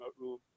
room